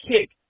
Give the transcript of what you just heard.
kick